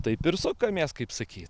taip ir sukamės kaip sakyt